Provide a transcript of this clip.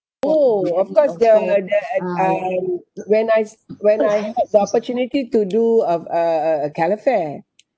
oh of course the the um when I s~ when I had the opportunity to do uh a calafair